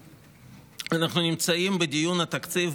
אנחנו נמצאים בדיון על תקציב,